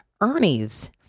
Ernie's